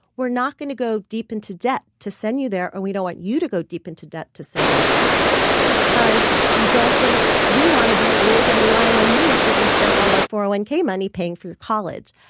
we're not going to go deep into debt to send you there or we don't want you to go deep into debt to send you there because we don't think we want to be old and relying on you because we spent all our four hundred and one money paying for college.